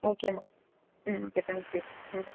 ஓகேம்மா ம் okay thank you ம்